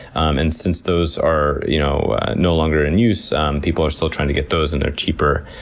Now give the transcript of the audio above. um and since those are you know no longer in use, people are still trying to get those and they're cheaper.